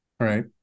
Right